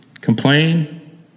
Complain